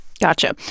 Gotcha